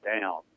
down